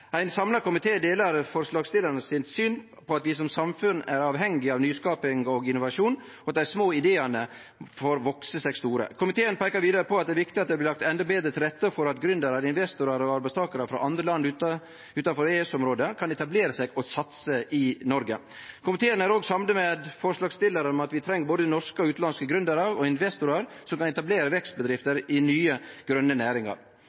Ein samla komité delar forslagsstillarane sitt syn om at vi som samfunn er avhengig av nyskaping og innovasjon, og at dei små ideane får vekse seg store. Komiteen peikar vidare på at det er viktig at det blir lagt endå betre til rette for at gründerar, investorar og arbeidstakarar frå land utanfor EØS-området kan etablere seg og satse i Noreg. Komiteen er òg samd med forslagsstillarane om at vi treng både norske og utanlandske gründerar og investorar som kan etablere vekstbedrifter i nye, grøne næringar.